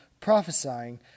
prophesying